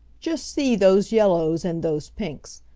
just see those yellows, and those pinks.